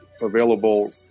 available